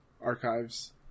Archives